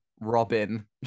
Robin